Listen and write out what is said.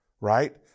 right